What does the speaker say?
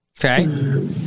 Okay